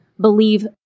believe